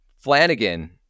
Flanagan